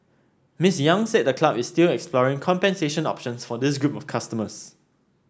Miss Yang said the club is still exploring compensation options for this group of customers